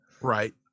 Right